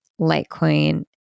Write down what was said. Litecoin